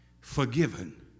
forgiven